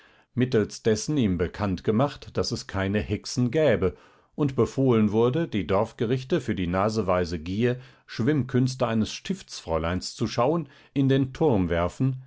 mittelst dessen ihm bekannt gemacht daß es keine hexen gäbe und befohlen wurde die dorfgerichte für die naseweise gier schwimmkünste eines stiftsfräuleins zu schauen in den turm werfen